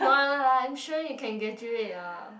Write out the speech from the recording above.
no lah I'm sure you can graduate lah